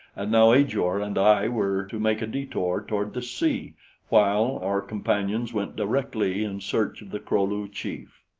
and now ajor and i were to make a detour toward the sea while our companions went directly in search of the kro-lu chief.